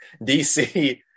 DC